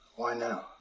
why now?